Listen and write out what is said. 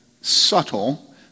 subtle